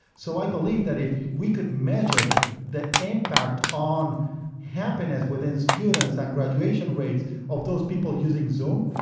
so i believe that if we could measure the impact on happiness within students and graduation rates of those people using zoom,